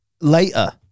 later